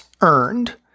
earned